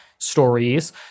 stories